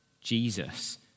Jesus